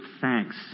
thanks